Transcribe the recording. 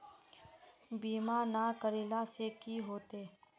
बीमा ना करेला से की होते?